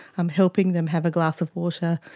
um helping them have a glass of water,